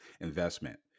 investment